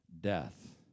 death